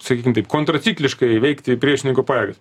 sakykim taip kontracikliškai įveikti priešininkų pajėgas